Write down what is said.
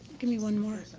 give me one more.